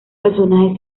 personajes